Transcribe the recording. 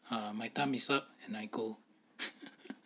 um my time is up and I go